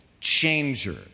changer